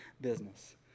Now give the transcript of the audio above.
business